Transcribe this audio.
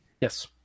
Yes